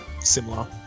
similar